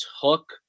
took